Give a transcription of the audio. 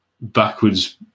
backwards